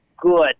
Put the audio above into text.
good